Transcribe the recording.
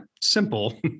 simple